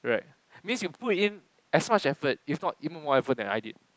right means he put in as much effort if not even more effort than I did